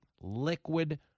liquid